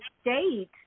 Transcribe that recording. state